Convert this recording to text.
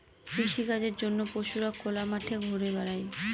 কৃষিকাজের জন্য পশুরা খোলা মাঠে ঘুরা বেড়ায়